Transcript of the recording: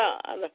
God